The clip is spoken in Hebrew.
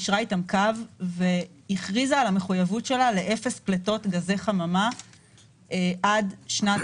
יישרה איתן קו והכריזה על המחויבות שלה לאפס פליטות גזי חממה עד לשנת